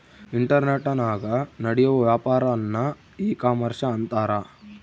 ಇಂಟರ್ನೆಟನಾಗ ನಡಿಯೋ ವ್ಯಾಪಾರನ್ನ ಈ ಕಾಮರ್ಷ ಅಂತಾರ